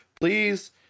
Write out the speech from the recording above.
please